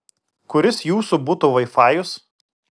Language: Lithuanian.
kuris jūsų buto vaifajus